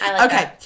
okay